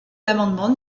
l’amendement